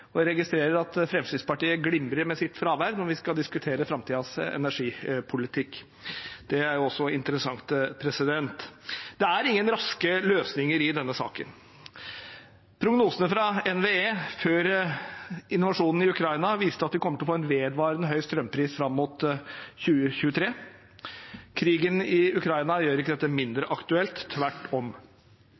og jeg registrerer at Fremskrittspartiet glimrer med sitt fravær når vi skal diskutere framtidens energipolitikk. Det er interessant. Det er ingen raske løsninger i denne saken. Prognosene fra NVE før invasjonen i Ukraina viste at vi kommer til å få en vedvarende høy strømpris fram mot 2023. Krigen i Ukraina gjør ikke dette mindre aktuelt – tvert om.